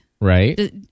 Right